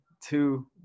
two